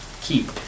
keep